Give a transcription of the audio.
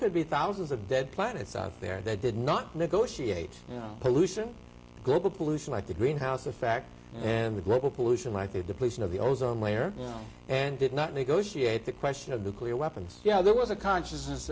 could be thousands of dead planets out there that did not negotiate pollution global pollution like the greenhouse effect and the global pollution like the depletion of the ozone layer and did not negotiate the question of the clear weapons yeah there was a consciousness